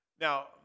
Now